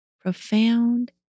Profound